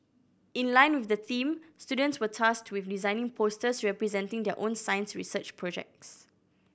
in line with the theme students were tasked with designing posters representing their own science research projects